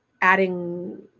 adding